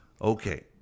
Okay